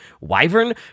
wyvern